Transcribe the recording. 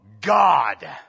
God